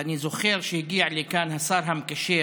ואני זוכר שהגיע לכאן השר המקשר,